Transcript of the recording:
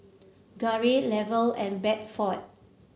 Garey Lavelle and Bedford